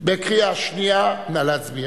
אז בעוד שנה-שנתיים הם יהיו בבתי הקבע, קרי: